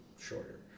shorter